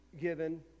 given